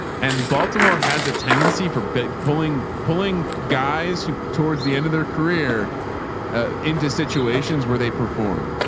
and baltimore has a tendency for big pulling, pulling guys towards the end of their career ah into situations where they perform.